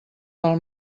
pel